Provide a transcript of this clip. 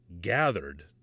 gathered